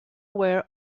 aware